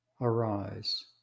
arise